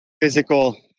physical